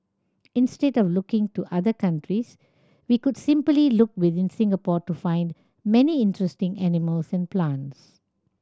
instead of looking to other countries we could simply look within Singapore to find many interesting animals and plants